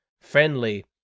friendly